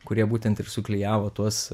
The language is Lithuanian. kurie būtent ir suklijavo tuos